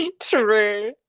True